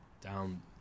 down